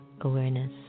awareness